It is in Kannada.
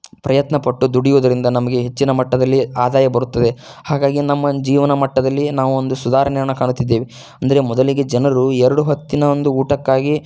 ಪ್ರಯತ್ನ ಪಟ್ಟು ದುಡಿಯೋದರಿಂದ ನಮಗೆ ಹೆಚ್ಚಿನ ಮಟ್ಟದಲ್ಲಿ ಆದಾಯ ಬರುತ್ತದೆ ಹಾಗಾಗಿ ನಮ್ಮ ಜೀವನ ಮಟ್ಟದಲ್ಲಿ ನಾವೊಂದು ಸುಧಾರಣೆಯನ್ನು ಕಾಣುತ್ತಿದ್ದೇವೆ ಎಂದರೆ ಮೊದಲಿಗೆ ಜನರು ಎರಡು ಹೊತ್ತಿನ ಒಂದು ಊಟಕ್ಕಾಗಿ